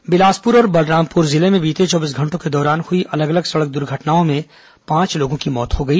दुर्घटना बिलासपुर और बलरामपुर जिले में बीते चौबीस घंटों के दौरान हुई अलग अलग सड़क दुर्घटनाओं में पांच लोगों की मौत हो गई